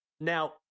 Now